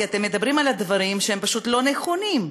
כי אתם אומרים דברים שהם פשוט לא נכונים.